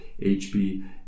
HP